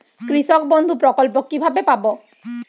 কৃষকবন্ধু প্রকল্প কিভাবে পাব?